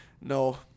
no